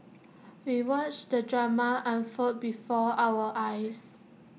we watched the drama unfold before our eyes